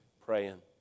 praying